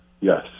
Yes